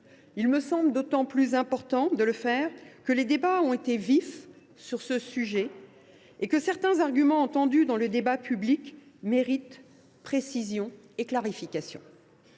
Il me semble d’autant plus important de le faire que les discussions ont été vives sur ce sujet et que certains arguments entendus dans le débat public méritent précision et clarification.